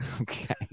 Okay